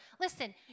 Listen